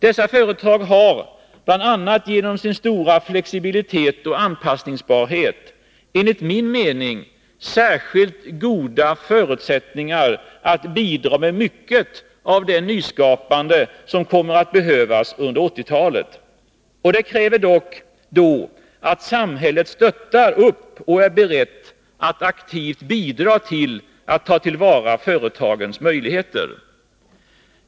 Dessa företag har, bl.a. genom sin stora flexibilitet och anpassningsbarhet, enligt min mening särskilt goda förutsättningar att bidra med mycket av det nyskapande som kommer att behövas under 1980-talet. Det kräver dock att samhället stöttar upp dem och är berett att aktivt bidra till att ta till vara företagens möjligheter.